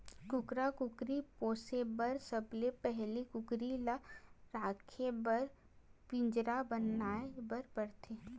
कुकरा कुकरी पोसे बर सबले पहिली कुकरी ल राखे बर पिंजरा बनाए बर परथे